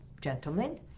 gentlemen